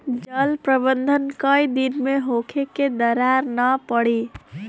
जल प्रबंधन केय दिन में होखे कि दरार न पड़ी?